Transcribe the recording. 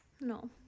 no